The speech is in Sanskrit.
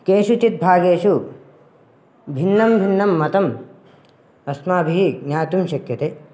केषुचित् भागेषु भिन्नं भिन्नं मतम् अस्माभिः ज्ञातुं शक्यते